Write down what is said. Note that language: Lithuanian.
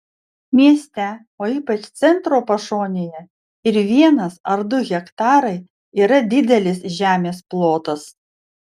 mieste o ypač centro pašonėje ir vienas ar du hektarai yra didelis žemės plotas